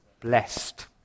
Blessed